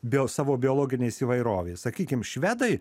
dėl savo biologinės įvairovės sakykim švedai